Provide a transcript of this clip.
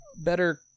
better